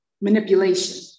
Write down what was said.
Manipulation